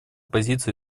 позиция